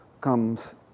comes